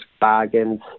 bargains